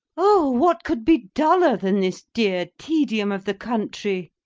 oh, what could be duller than this dear tedium of the country?